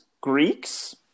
Greeks